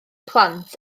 plant